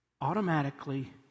automatically